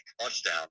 touchdown